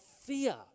fear